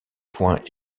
point